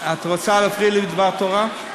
בליל שבת, את רוצה להפריע לי בדבר תורה?